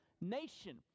nation